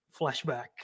flashback